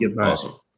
Awesome